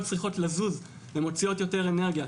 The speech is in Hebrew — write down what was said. צריכות לזוז הן מוציאות יותר אנרגיה.